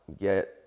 get